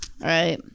right